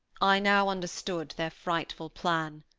i now understood their frightful plan.